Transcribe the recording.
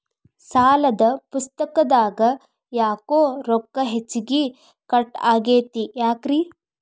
ಸಾಲದ ಪುಸ್ತಕದಾಗ ಯಾಕೊ ರೊಕ್ಕ ಹೆಚ್ಚಿಗಿ ಕಟ್ ಆಗೆದ ಯಾಕ್ರಿ?